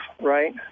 right